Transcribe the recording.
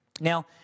Now